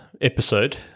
episode